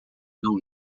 não